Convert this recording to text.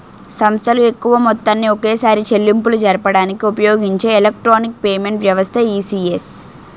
సంస్థలు ఎక్కువ మొత్తాన్ని ఒకేసారి చెల్లింపులు జరపడానికి ఉపయోగించే ఎలక్ట్రానిక్ పేమెంట్ వ్యవస్థే ఈ.సి.ఎస్